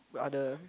other